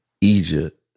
Egypt